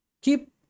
Keep